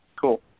Cool